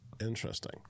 interesting